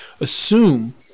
assume